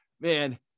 man